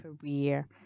career